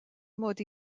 mod